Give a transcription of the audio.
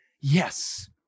yes